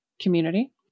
community